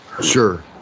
Sure